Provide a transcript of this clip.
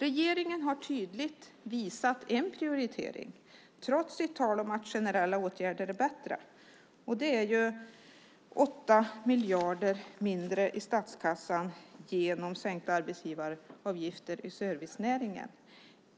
Regeringen har tydligt visat på en prioritering trots sitt tal om att generella åtgärder är bättre. Det är ju 8 miljarder mindre i statskassan genom sänkta arbetsgivaravgifter i servicenäringen.